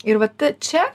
ir vat čia